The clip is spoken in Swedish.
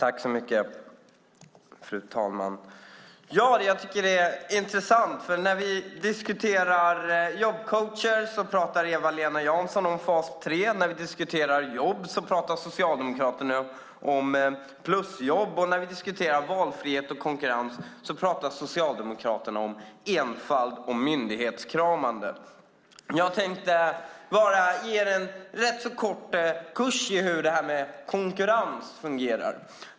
Fru talman! Detta är intressant. När vi diskuterar jobbcoacher pratar Eva-Lena Jansson om fas 3, när vi diskuterar jobb pratar Socialdemokraterna om plusjobb, och när vi diskuterar valfrihet och konkurrens pratar Socialdemokraterna om enfald och myndighetskramande. Jag tänkte ge er en kort kurs i hur detta med konkurrens fungerar.